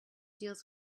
deals